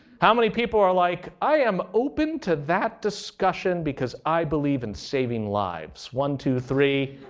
how many people are like, i am open to that discussion because i believe in saving lives? one, two, three.